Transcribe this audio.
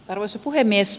arvoisa puhemies